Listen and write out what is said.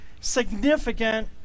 significant